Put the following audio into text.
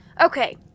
Okay